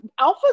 Alphas